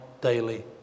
daily